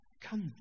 come